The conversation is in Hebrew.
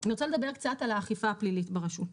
אני רוצה לדבר קצת על האכיפה הפלילית ברשות.